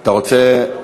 אתה רוצה?